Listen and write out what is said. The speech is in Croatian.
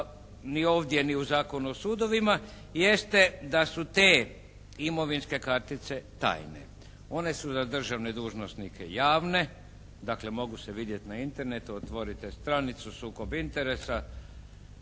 ni ovdje ni u Zakonu o sudovima jeste da su te imovinske kartice tajne. One su za državne dužnosnike javne, dakle mogu se vidjeti na Internetu, otvorite stranicu sukob interesa